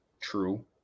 true